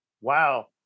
Wow